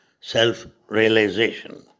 self-realization